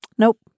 nope